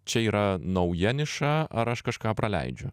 čia yra nauja niša ar aš kažką praleidžiu